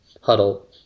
huddle